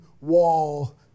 wall